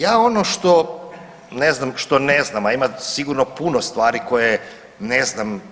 Ja ono što ne znam, što ne znam a ima sigurno puno stvari koje ne znam.